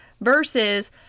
versus